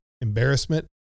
embarrassment